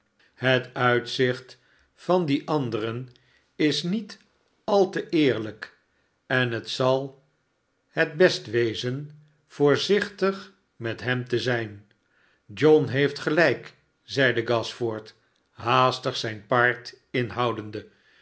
het uitzicht van dien anderen is niet al te eerlijk en het zal het best wezen voorzichtig met hem te zijn ajohn heeft gelijk zeide gashford haastig zijn paard inhoudende